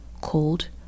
called